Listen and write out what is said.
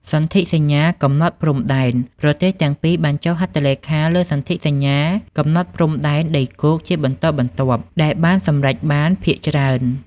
សន្ធិសញ្ញាកំណត់ព្រំដែន ប្រទេសទាំងពីរបានចុះហត្ថលេខាលើសន្ធិសញ្ញាកំណត់ព្រំដែនដីគោកជាបន្តបន្ទាប់ ដែលបានសម្រេចបានភាគច្រើន។